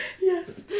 yes